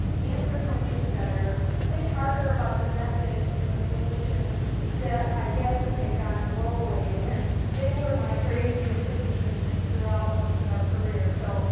answer questions better, think harder about the message in the solutions that i had to take on globally, and they were my great research assistants throughout most of our career. so,